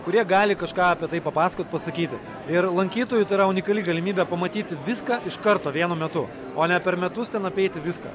kurie gali kažką apie tai papasakot pasakyti ir lankytojui tai yra unikali galimybė pamatyti viską iš karto vienu metu o ne per metus ten apeiti viską